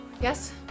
Yes